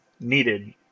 needed